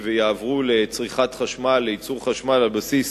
ויעברו לצריכת חשמל לייצור חשמל על בסיס